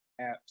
apps